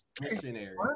Missionary